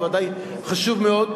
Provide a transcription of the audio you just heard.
הוא בוודאי חשוב מאוד,